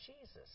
Jesus